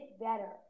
better